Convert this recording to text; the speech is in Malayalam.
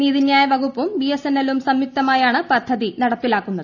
നീതിന്യായ വകുപ്പും ബിഎസ്എൻഎല്ലും സംയുക്തമായാണ് പദ്ധതി നടപ്പിലാക്കുന്നത്